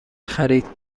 خرید